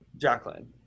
jacqueline